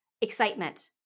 excitement